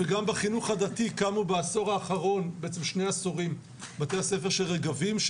וגם בחינוך הדתי קמו בעשורים האחרונים בתי הספר של רגבים,